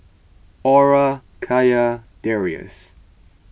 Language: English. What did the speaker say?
Aura Kya Darrius